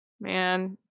man